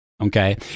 okay